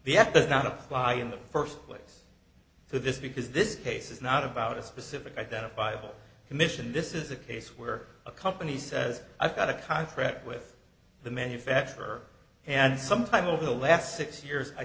the act of not apply in the first place so this because this case is not about a specific identifiable commission this is a case where a company says i've got a contract with the manufacturer and sometime over the last six years i